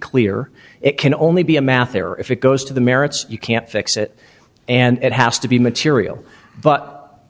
clear it can only be a math error if it goes to the merits you can't fix it and it has to be material but